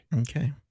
Okay